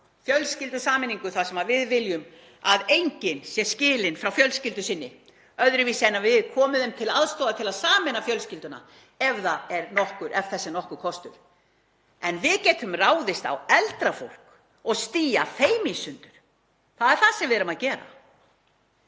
fjölskyldusameiningu þar sem við viljum að enginn sé skilinn frá fjölskyldu sinni öðruvísi en að við komum þeim til aðstoðar til að sameina fjölskylduna ef þess er nokkur kostur. En við getum ráðist á eldra fólk og stíað því í sundur. Það er það sem við erum að gera.